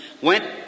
went